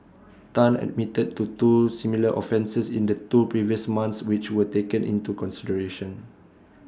Tan admitted to two similar offences in the two previous months which were taken into consideration